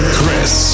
Chris